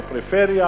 בפריפריה